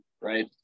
right